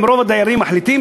אם רוב הדיירים מחליטים,